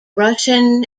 russian